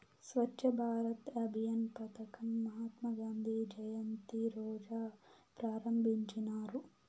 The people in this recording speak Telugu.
స్వచ్ఛ భారత్ అభియాన్ పదకం మహాత్మా గాంధీ జయంతి రోజా ప్రారంభించినారు